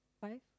five